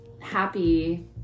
happy